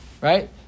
Right